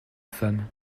femme